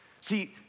See